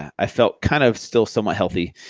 i felt kind of still somewhat healthy.